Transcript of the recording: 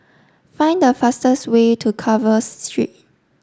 find the fastest way to Carver Street